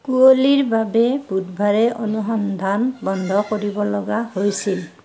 কুঁৱলীৰ বাবে বুধবাৰে অনুসন্ধান বন্ধ কৰিব লগা হৈছিল